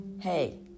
hey